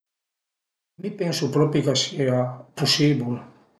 Mi pensu propri ch'a sia pusibul